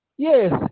Yes